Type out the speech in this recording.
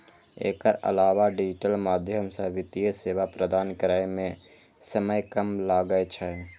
एकर अलावा डिजिटल माध्यम सं वित्तीय सेवा प्रदान करै मे समय कम लागै छै